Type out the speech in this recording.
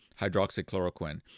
hydroxychloroquine